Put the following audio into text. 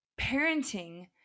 parenting